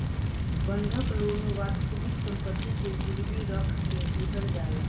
बंधक लोन वास्तविक सम्पति के गिरवी रख के लिहल जाला